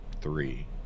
Three